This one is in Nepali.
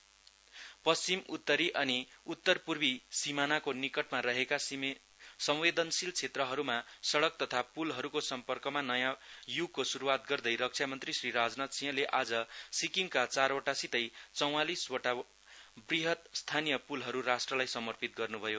राजनाथ सिंह पश्चिमी उत्तरी अनि उत्तरपूर्वी सीमानाको निकटमा रहेका संवेदनशील क्षेत्रहरुमा सइक तथा पुलहरुको सम्पर्कमा नयाँ युगको शुरुवात गर्दै रक्षा मन्त्री श्री राजनाथ सिंहले आज सिक्किमका चारवटासितै चौवालीस वटा वृहत स्थायी पुलहरु राष्ट्रलाई समर्पित गर्नुभयो